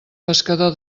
pescador